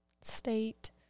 State